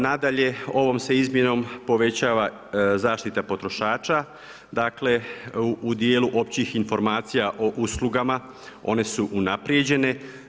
Nadalje, ovom se izmjenom povećava zaštita potrošača dakle u dijelu općih informacija o uslugama one su unaprijeđene.